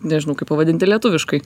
nežinau kaip pavadinti lietuviškai